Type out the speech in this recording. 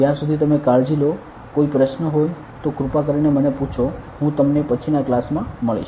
ત્યાં સુધી તમે કાળજી લો કોઈ પ્રશ્ન હોય તો કૃપા કરીને મને પૂછો હું તમને પછીના ક્લાસ માં મળીશ